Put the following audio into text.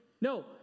No